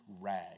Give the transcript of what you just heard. rag